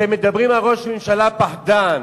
אתם מדברים על ראש ממשלה פחדן,